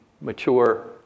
mature